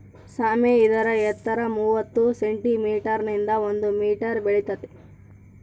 ಸಾಮೆ ಇದರ ಎತ್ತರ ಮೂವತ್ತು ಸೆಂಟಿಮೀಟರ್ ನಿಂದ ಒಂದು ಮೀಟರ್ ಬೆಳಿತಾತ